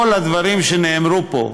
כל הדברים שנאמרו פה,